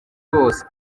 bose